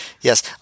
Yes